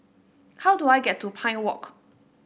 how do I get to Pine Walk